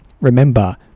remember